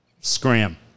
Scram